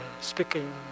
speaking